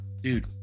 Dude